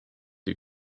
you